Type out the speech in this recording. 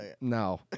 No